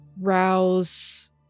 rouse